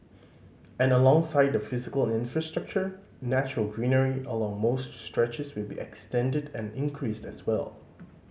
and alongside the physical infrastructure natural greenery along most stretches will be extended and increased as well